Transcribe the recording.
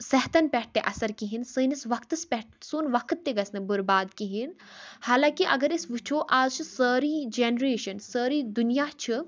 صحتَن پٮ۪ٹھ تہِ اَثر کہیٖنۍ سٲنِس وقتَس پٮ۪ٹھ سوٗن وَقت تہِ گَژھہِ نہٕ بُرباد کہیٖنۍ حالانکہ اَگَر أسۍ وُچھو آز چھِ سٲرٕے جَنریشَن سٲرِے دُنیا چھِ